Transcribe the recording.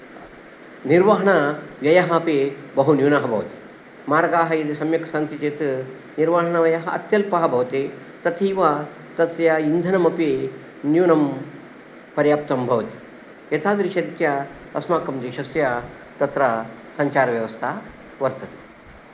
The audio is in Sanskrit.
निर्वहणव्ययः अपि बहु न्यूनः भवति मार्गाः यदि सम्यक् सन्ति चेत् निर्वहणव्ययः अत्यल्पः भवति तथैव तस्य इन्धनमपि न्यूनं पर्याप्तं भवति एतादृशरीत्या अस्माकं देशस्य तत्र सञ्चारव्यवस्था वर्तते